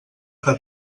que